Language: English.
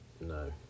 No